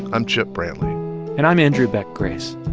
i'm chip brantley and i'm andrew beck grace